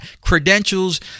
credentials